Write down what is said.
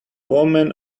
woman